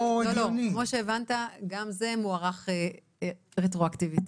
יוראי, גם זה מוארך רטרואקטיבית.